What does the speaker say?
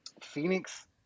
Phoenix